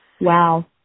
wow